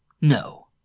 No